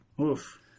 Oof